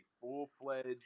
full-fledged